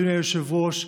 אדוני היושב-ראש,